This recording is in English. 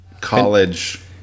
college